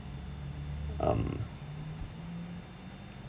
um